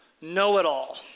know-it-all